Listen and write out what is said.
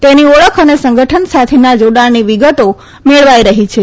તેની ઓળખ અને સંગઠન સાથેના જાડાણની વિગતો મેળવાઈ રહી છે